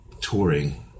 touring